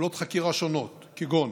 פעולות חקירה שונות, כגון